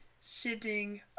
sitting